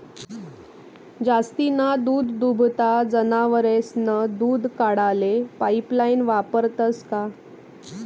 जास्तीना दूधदुभता जनावरेस्नं दूध काढाले पाइपलाइन वापरतंस का?